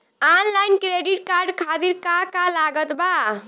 Online credit card खातिर का का लागत बा?